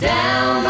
Down